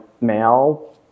male